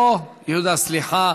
אוה, יהודה, סליחה.